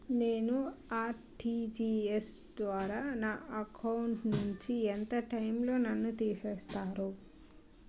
నేను ఆ.ర్టి.జి.ఎస్ ద్వారా నా అకౌంట్ నుంచి ఎంత టైం లో నన్ను తిసేస్తారు?